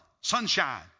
sunshine